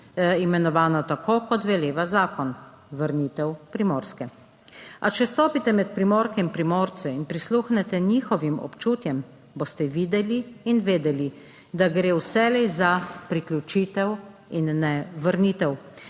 imenovana tako, kot veleva zakon, vrnitev Primorske. A če stopite med Primorke in Primorce in prisluhnete njihovim občutjem, boste videli in vedeli, da gre vselej za priključitev in ne vrnitev.